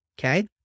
Okay